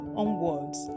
onwards